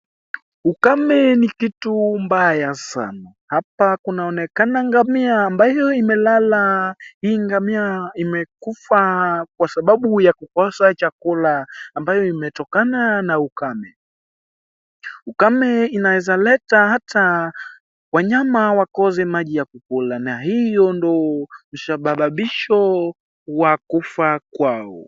Ukame ni kitu mbaya sana. Hapa kunaoenekana ngamia ambayo imelala. Hii ngamia imekufa kwa sababu ya kukosa chakula ambayo imetokona na ukame. Ukame inaweza leta hata wanyama wakose hata maji ya kukunywa, na hiyo ndo usababisho wa kufa kwao.